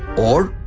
or